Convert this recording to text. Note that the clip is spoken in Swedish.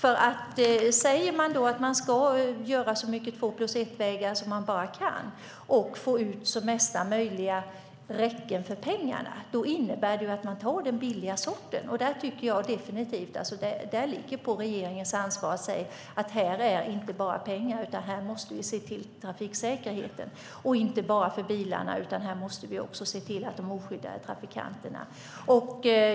Om man säger att man ska göra så mycket två-plus-ett-vägar som möjligt och få så mycket räcken som möjligt för pengarna innebär det att man tar den billiga sorten. Det ligger på regeringens ansvar att säga att man ska se inte bara till pengar utan också till trafiksäkerheten, och då inte bara för bilarna utan också för de oskyddade trafikanterna.